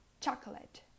chocolate